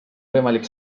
võimalik